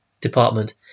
department